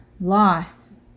loss